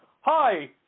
Hi